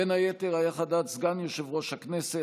בין היתר היה חדד סגן יושב-ראש הכנסת,